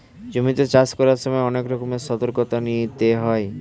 জমিতে চাষ করার সময় অনেক রকমের সতর্কতা নিতে হয়